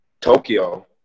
Tokyo